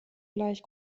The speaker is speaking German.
gleich